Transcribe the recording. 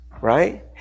right